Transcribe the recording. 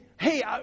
hey